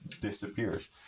disappears